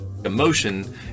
Emotion